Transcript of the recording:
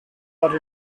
are